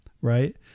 right